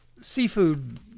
seafood